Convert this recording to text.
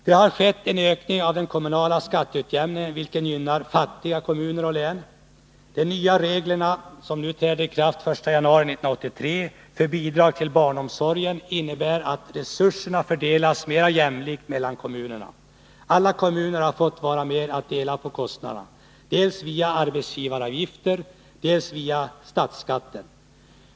Det har skett en ökning av den kommunala skatteutjämningen, vilket gynnar fattiga kommuner och län. De nya reglerna för bidrag till barnomsorgen, som träder i kraft den 1 januari 1983, innebär att resurserna fördelas mer jämlikt mellan kommunerna. Alla kommuner har fått vara med och dela på kostnaderna dels via arbetsgivaravgifter, dels via statsskatten.